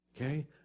okay